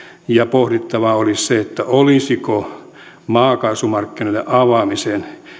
pohdittava olisi sitä olisiko maakaasumarkkinoiden avaaminen